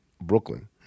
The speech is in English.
Brooklyn